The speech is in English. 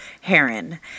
Heron